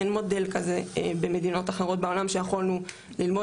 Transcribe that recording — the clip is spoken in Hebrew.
אין מודל כזה במדינות אחרות בעולם שיכולנו ללמוד,